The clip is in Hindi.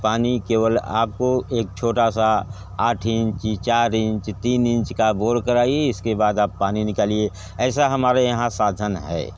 पानी केवल आपको एक छोटा सा आठ इंची चार इंच तीन इंच का बोर कराइए उसके बाद आप पानी निकालिए ऐसा हमारे यहाँ साधन है